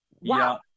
Wow